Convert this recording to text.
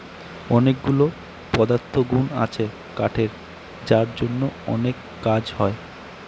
অনেকগুলা পদার্থগুন আছে কাঠের যার জন্য অনেক কাজ হয়